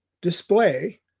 display